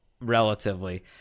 relatively